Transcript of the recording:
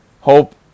Hope